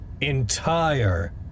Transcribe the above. entire